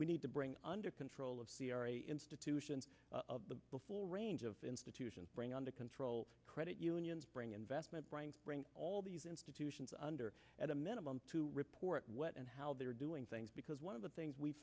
we need to bring under control of the institutions of the the full range of institutions bring under control credit unions bring investment banks bring all these institutions under at a minimum to report what and how they're doing things because one of the things we